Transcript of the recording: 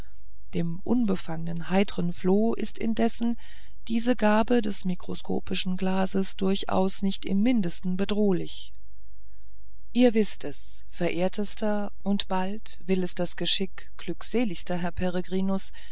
dem unbefangenen heitern floh ist indessen diese gabe des mikroskopischen glases durchaus nicht im mindesten bedrohlich ihr wißt es verehrtester und bald will es das geschick glückseligster herr